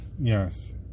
yes